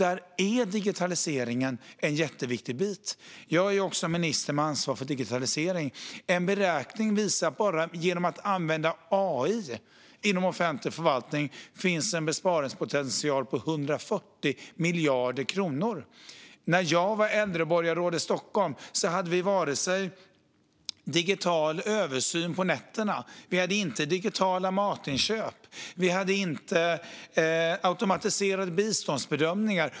Där är digitaliseringen en jätteviktig bit. Jag är också den minister som har ansvar för digitaliseringen. En beräkning visar att det bara genom att använda AI inom offentlig förvaltning finns en besparingspotential på 140 miljarder kronor. När jag var äldreborgarråd i Stockholm hade vi inte digital övervakning på nätterna, vi hade inte digitala matinköp, och vi hade inte automatiserade biståndsbedömningar.